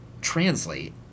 Translate